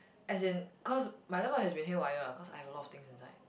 as in cause my laptop has been haywire lah cause I have a lot of things inside